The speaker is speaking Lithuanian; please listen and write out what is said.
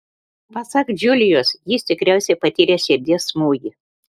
pasak džiulijos jis tikriausiai patyręs širdies smūgį